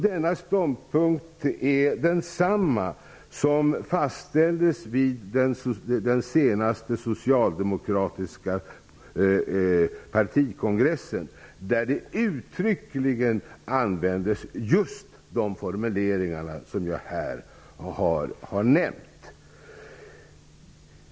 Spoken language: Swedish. Denna ståndpunkt är densamma som fastställdes vid den senaste socialdemokratiska partikongressen, då det uttryckligen användes just de formuleringar som jag här har omnämnt.